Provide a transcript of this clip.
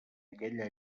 aquella